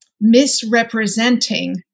misrepresenting